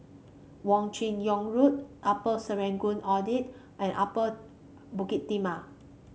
Wong Chin Yoke Road Upper Serangoon Viaduct and Upper Bukit Timah